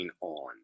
on